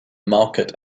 market